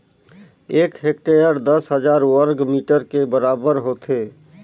एक हेक्टेयर दस हजार वर्ग मीटर के बराबर होथे